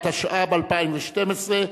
התשע"ב 2012,